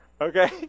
Okay